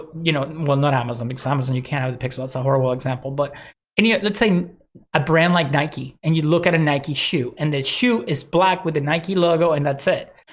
you know, well, not amazon because amazon, you can't have the pixels, it's a horrible example, but and yeah let's say a brand like nike, and you look at a nike shoe and the shoe is black with the nike logo and that's it.